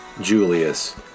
julius